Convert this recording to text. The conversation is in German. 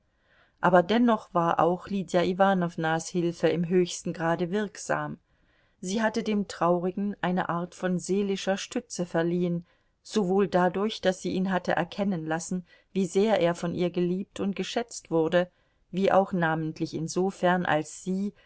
aber dennoch war auch lydia iwanownas hilfe im höchsten grade wirksam sie hatte dem traurigen eine art von seelischer stütze verliehen sowohl dadurch daß sie ihn hatte erkennen lassen wie sehr er von ihr geliebt und geschätzt wurde wie auch namentlich insofern als sie